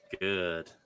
Good